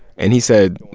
and he said,